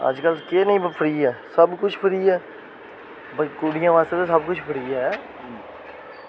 अज्जकल केह् निं फ्री ऐ सबकुछ फ्री ऐ ऐं